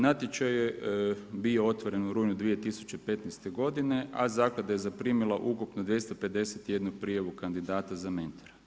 Natječaj je bio otvoren u rujnu 2015. godine, a zaklada je zaprimila ukupno 251 prijavu kandidata za mentora.